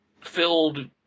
filled